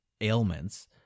ailments